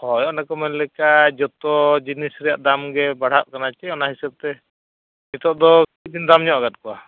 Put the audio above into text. ᱦᱳᱭ ᱚᱱᱮ ᱠᱚ ᱢᱮᱱ ᱞᱮᱠᱟ ᱡᱚᱛᱚ ᱡᱤᱱᱤᱥ ᱨᱮᱭᱟᱜ ᱫᱟᱢᱜᱮ ᱵᱟᱲᱦᱟᱜ ᱠᱟᱱᱟ ᱥᱮ ᱚᱱᱟ ᱦᱤᱥᱟᱹᱵᱛᱮ ᱱᱤᱛᱳᱜ ᱫᱚ ᱠᱟᱹᱴᱤᱡ ᱵᱤᱱ ᱫᱟᱢᱧᱚᱜ ᱟᱠᱟᱫ ᱠᱚᱣᱟ